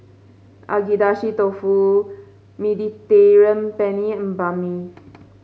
Agedashi Dofu Mediterranean Penne and Banh Mi